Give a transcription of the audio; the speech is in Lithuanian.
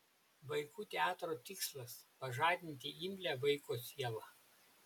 vaikų teatro tikslas pažadinti imlią vaiko sielą